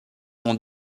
ont